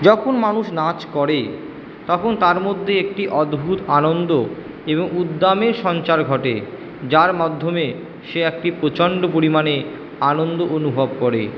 যখন মানুষ নাচ করে তখন তার মধ্যে একটি অদ্ভুত আনন্দ এবং উদ্দামের সঞ্চার ঘটে যার মাধ্যমে সে একটি প্রচণ্ড পরিমাণে আনন্দ অনুভব করে